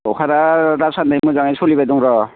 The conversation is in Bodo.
दखाना दासान्दि मोजां सोलिबाय दं र'